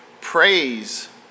Praise